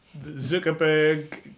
Zuckerberg